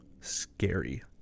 Scary